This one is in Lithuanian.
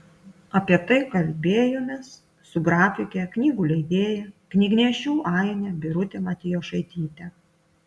apie tai kalbėjomės su grafike knygų leidėja knygnešių aine birute matijošaityte